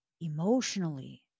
emotionally